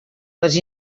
les